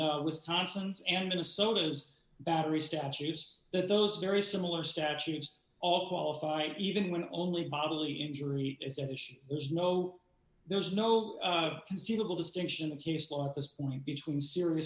wisconsin it's and minnesota's battery statutes that those very similar statutes all qualify even when only bodily injury is at issue there's no there's no conceivable distinction of case law at this point between serious